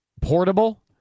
portable